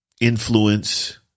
influence